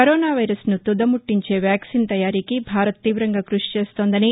corona వైరస్ను తుదముట్టించే vaccine తయారీకి భారత్ తీవంగా కృషి చేస్తోందని